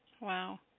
Wow